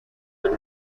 con